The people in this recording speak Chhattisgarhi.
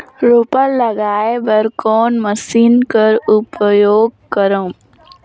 रोपा लगाय बर कोन मशीन कर उपयोग करव?